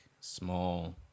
small